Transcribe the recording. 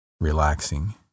relaxing